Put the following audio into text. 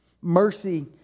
Mercy